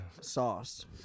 Sauce